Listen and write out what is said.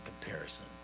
comparison